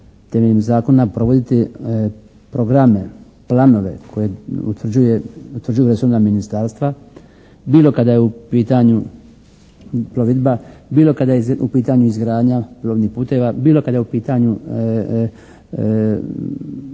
temeljem zakona provoditi programe, planove koje utvrđuju resorna ministarstva bilo kada je u pitanju provedba, bilo kada je u pitanju izgradnja plovnih puteva, bilo kada je u pitanju zaštita